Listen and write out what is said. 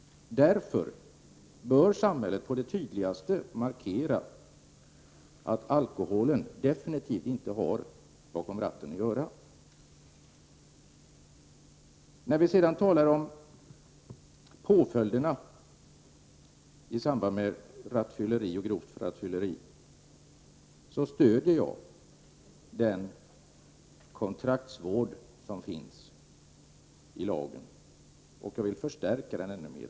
Samhället bör därför tydligt markera att alkohol definitivt inte har bakom ratten att göra. När det sedan gäller påföljderna i samband med rattfylleri och grovt rattfylleri stöder jag den möjlighet till kontraktsvård som finns i lagförslaget, och jag vill förstärka den möjligheten ännu mer.